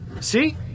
See